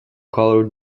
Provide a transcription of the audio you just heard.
colour